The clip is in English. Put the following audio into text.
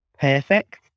perfect